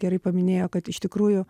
gerai paminėjo kad iš tikrųjų